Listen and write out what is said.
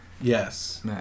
Yes